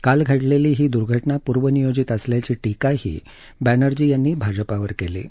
काल घडलेली ही दुर्घटना पूर्व नियोजित असल्याची टीकाही बॅनर्जी यांनी भाजपावर केली आहे